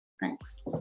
Thanks